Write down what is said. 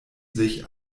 sich